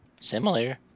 similar